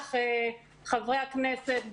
בטח חברי הכנסת,